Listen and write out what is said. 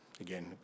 again